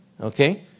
Okay